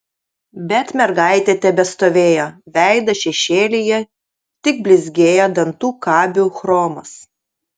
bet mergaitė tebestovėjo veidas šešėlyje tik blizgėjo dantų kabių chromas